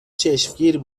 چشمگیر